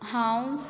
हांव